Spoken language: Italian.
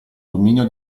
dominio